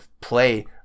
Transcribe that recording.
play